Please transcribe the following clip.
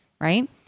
right